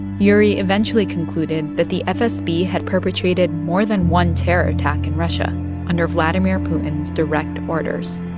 yuri eventually concluded that the fsb had perpetrated more than one terror attack in russia under vladimir putin's direct orders.